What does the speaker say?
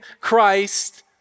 Christ